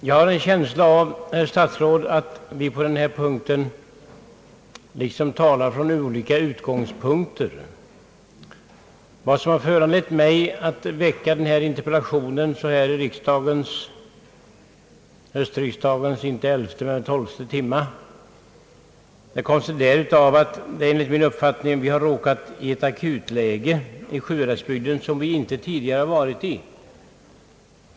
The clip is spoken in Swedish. Jag har en känsla av, herr statsråd, att vi i denna fråga talar från olika utgångspunkter. Vad som har föranlett mig att ställa denna interpellation i höstriksdagens inte elfte utan tolfte timme är att vi enligt min uppfattning har råkat komma i ett akutläge i Sjuhäradsbygden som vi inte tidigare varit i.